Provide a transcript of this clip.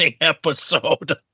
episode